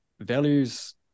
values